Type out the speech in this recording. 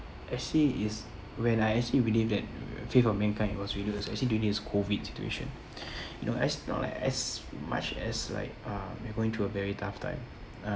actually is when I actually believe that faith of mankind it was really actually during this COVID situation you know as long as much as like uh they're going through a very tough time uh